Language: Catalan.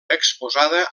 exposada